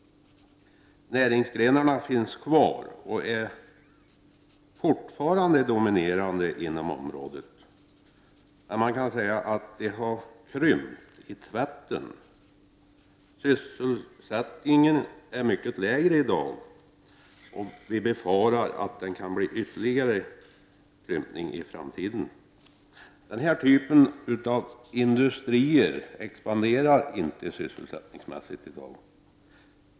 Näringsgrenarna finns kvar och är fortfarande dominerande inom området, men man kan säga att de har krympt i tvätten. Det är en mycket lägre sysselsättning i dag, och vi befarar att det kan bli en ytterligare krympning i framtiden. Denna typ av industrier expanderar inte sysselsättningsmässigt i dag.